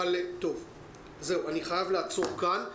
אני חייב לעצור כאן.